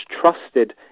trusted